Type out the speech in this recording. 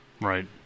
Right